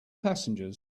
passengers